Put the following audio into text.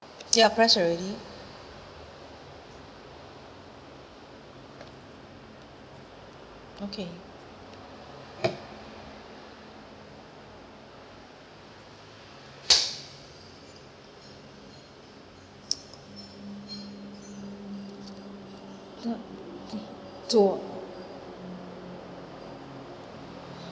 yeah pressed already okay t~ t~ to